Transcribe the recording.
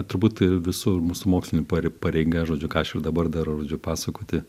turbūt visur mūsų mokslini par pareiga žodžiu tai ką aš ir dabar darau žodžiu pasakoti